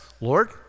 Lord